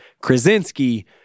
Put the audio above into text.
Krasinski